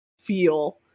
feel